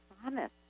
promise